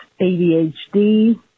ADHD